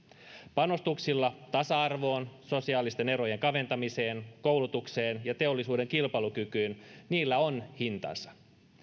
panostuksilla tasa arvoon sosiaalisten erojen kaventamiseen koulutukseen ja teollisuuden kilpailukykyyn on hintansa